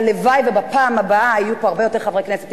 והלוואי שפעם הבאה יהיו פה הרבה יותר חברי כנסת.